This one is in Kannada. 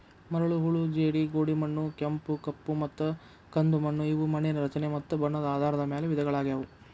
ಮರಳು, ಹೂಳು ಜೇಡಿ, ಗೋಡುಮಣ್ಣು, ಕೆಂಪು, ಕಪ್ಪುಮತ್ತ ಕಂದುಮಣ್ಣು ಇವು ಮಣ್ಣಿನ ರಚನೆ ಮತ್ತ ಬಣ್ಣದ ಆಧಾರದ ಮ್ಯಾಲ್ ವಿಧಗಳಗ್ಯಾವು